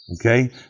Okay